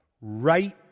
right